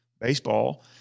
baseball